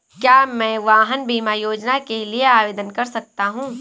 क्या मैं वाहन बीमा योजना के लिए आवेदन कर सकता हूँ?